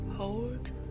Hold